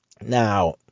Now